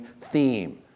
theme